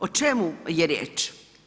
O čemu je riječ?